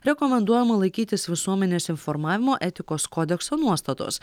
rekomenduojama laikytis visuomenės informavimo etikos kodekso nuostatos